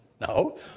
no